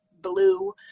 blue